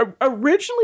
Originally